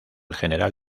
general